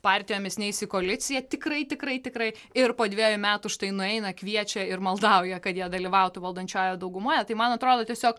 partijomis neis į koaliciją tikrai tikrai tikrai ir po dvejų metų štai nueina kviečia ir maldauja kad jie dalyvautų valdančiojoje daugumoje tai man atrodo tiesiog